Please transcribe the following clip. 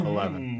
Eleven